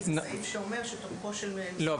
כי זה סעיף שאומר שתוקפו של --- לא,